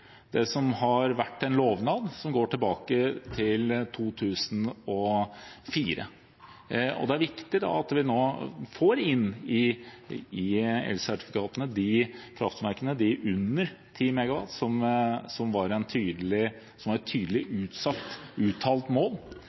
det som har vært en lovnad som går tilbake til 2004. Det er viktig at vi nå får de kraftverkene som er på under 10 MW, inn i elsertifikatene, noe som var et tydelig uttalt mål